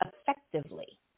effectively